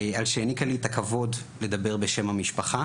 על שהעניקה לי את הכבוד לדבר בשם המשפחה